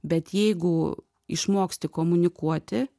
bet jeigu išmoksti komunikuoti